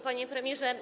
Panie Premierze!